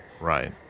Right